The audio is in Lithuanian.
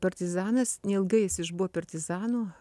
partizanas neilgai jis išbuvo partizanu